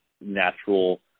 natural